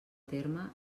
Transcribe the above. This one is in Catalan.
terme